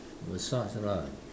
massage lah